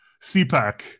CPAC